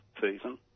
season